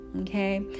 okay